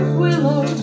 willow